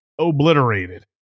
obliterated